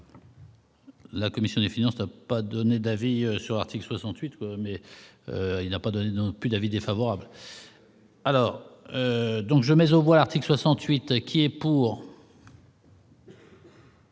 La commission des finances n'a pas donné d'avis sur l'article 68 mais il n'a pas donné non plus d'avis défavorables. Alors donc jamais au bout article 68 qui est pour.